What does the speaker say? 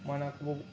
మనకి